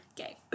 Okay